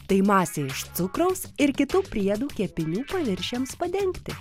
tai masė iš cukraus ir kitų priedų kepinių paviršiams padengti